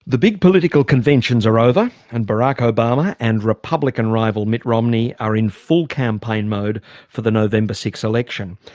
the big political conventions are over and barack obama and republican rival mitt romney are in full campaign mode for the november six election.